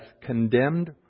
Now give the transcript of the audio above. condemned